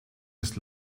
des